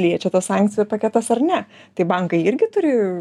liečia tas sankcijų paketas ar ne tai bankai irgi turi